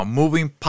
moving